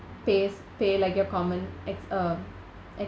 pays pay like your common ex~ um